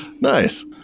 Nice